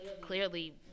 clearly